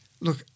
look